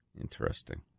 Interesting